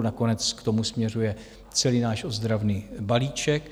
Nakonec k tomu směřuje celý náš ozdravný balíček.